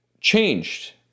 changed